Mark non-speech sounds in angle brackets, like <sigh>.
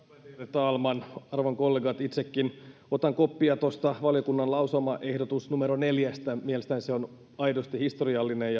talman arvon kollegat itsekin otan koppia tuosta valiokunnan lausumaehdotus numero neljästä mielestäni se on aidosti historiallinen <unintelligible>